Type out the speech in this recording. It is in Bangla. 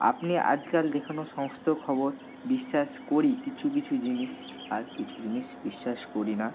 আপনি আজকাল যে কোনও সমস্ত খবর বিশ্বাস করি কিছু কিছু জিনিস আর কিছু জিনিস বিশ্বাস করি না